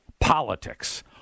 politics